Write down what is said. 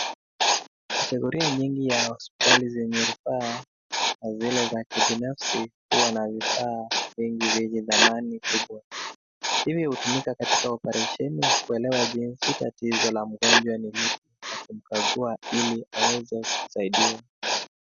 Category nyingi ya hospitali zenye rufaa na zile za kibinafsi huwa na vifaa vingi vyenye dhamani kubwa, vile hutumika kwenye operation kuelewa jinsi tatizo la mgonjwa ni lipi na kumkagua ili aweze kusaidiwa.